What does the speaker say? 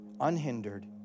unhindered